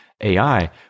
AI